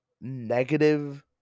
negative